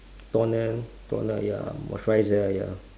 toner toner ya moisturiser ya